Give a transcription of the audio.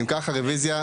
אם כך, הרוויזיה,